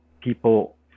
people